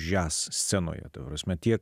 jazz scenoje toros mat tiek